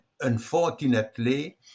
unfortunately